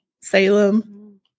salem